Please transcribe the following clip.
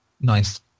nice